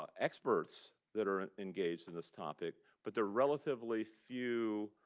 ah experts that are engaged in this topic, but there are relatively few